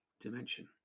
dimension